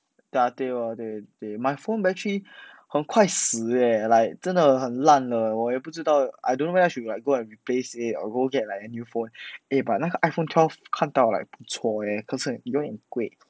ya 对咯对对 my phone battery 很快死 eh like 真的很烂的我也不知道 I don't know where I should like go and replace at or to go get like a new phone eh but 那个 iphone twelve 看到 like 不错 eh 可是有点贵